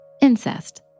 incest